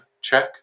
check